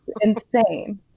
insane